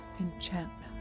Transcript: enchantment